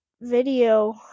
video